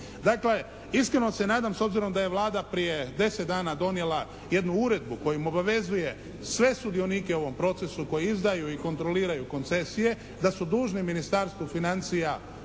Dakle, iskreno se nadam s obzirom da je Vlada prije deset dana donijela jednu uredbu kojom obavezuje sve sudionike u ovom procesu koji izdaju i kontroliraju koncesije da su dužni Ministarstvu financija